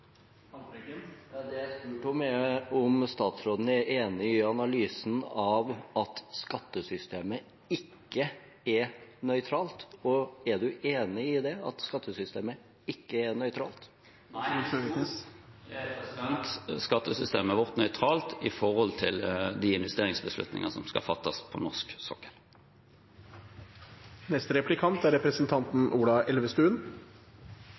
Det jeg spurte om, var om statsråden er enig i analysen av at skattesystemet ikke er nøytralt. Er han enig i at skattesystemet ikke er nøytralt? Nei, i stort er skattesystemet vårt nøytralt i forhold til de investeringsbeslutninger som skal fattes for norsk sokkel. Jeg er